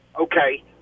Okay